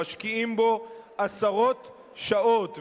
הם משקיעים בו עשרות שעות.